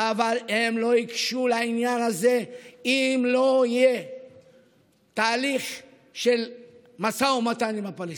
אבל הם לא ייגשו לעניין הזה אם לא יהיה תהליך של משא ומתן עם הפלסטינים.